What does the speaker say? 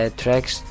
tracks